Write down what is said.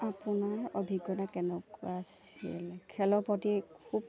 আপোনাৰ অভিজ্ঞতা কেনেকুৱা আছিল খেলৰ প্ৰতি খুব